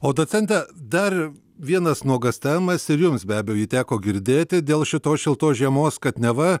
o docente dar vienas nuogąstavimas ir jums be abejo jį teko girdėti dėl šitos šiltos žiemos kad neva